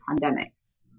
pandemics